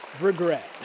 regret